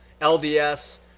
LDS